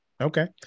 Okay